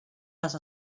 les